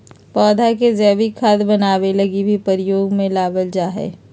पौधा के जैविक खाद बनाबै लगी भी प्रयोग में लबाल जा हइ